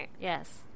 Yes